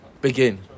begin